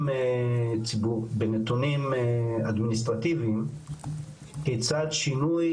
בנתונים אדמיניסטרטיביים, כיצד שינוי